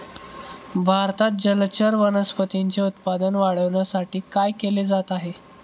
भारतात जलचर वनस्पतींचे उत्पादन वाढविण्यासाठी काय केले जात आहे?